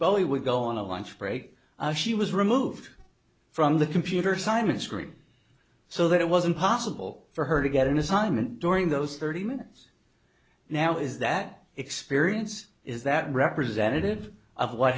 bowie would go on a lunch break she was removed from the computer simon screamed so that it was impossible for her to get an assignment during those thirty minutes now is that experience is that representative of what